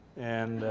and